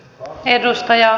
arvoisa puhemies